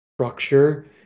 structure